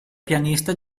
pianista